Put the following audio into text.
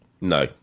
No